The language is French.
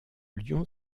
lyon